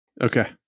Okay